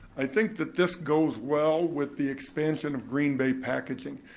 i think that this goes well with the expansion of green bay packaging.